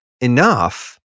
enough